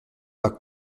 pas